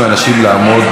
אני ממש מבקש.